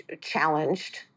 challenged